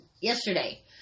yesterday